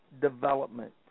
development